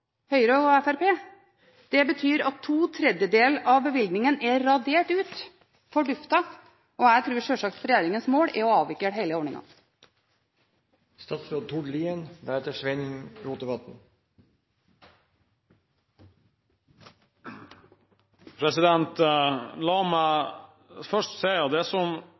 Høyre og Fremskrittspartiet. Det betyr at to tredjedeler av bevilgningen er radert ut – forduftet, og jeg tror sjølsagt at regjeringens mål er å avvikle hele ordningen. La meg først si at det er mye som gjør meg glad i dagens debatt, bl.a. det